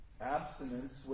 Abstinence